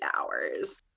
hours